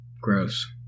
Gross